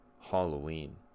Halloween